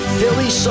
Philly